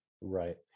Right